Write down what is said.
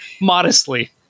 modestly